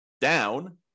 down